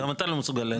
גם אתה לא מסוגל להגיד.